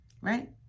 Right